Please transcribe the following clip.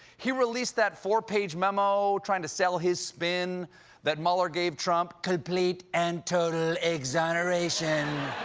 he released that four-page memo trying to sell his spin that mueller gave trump. complete and total exoneration.